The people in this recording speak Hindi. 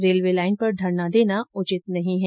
रेलवे लाइन पर धरना देना उचित नहीं है